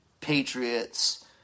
patriots